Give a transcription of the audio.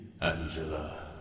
Angela